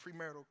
premarital